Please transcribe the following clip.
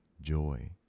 joy